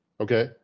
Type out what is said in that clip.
Okay